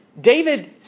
David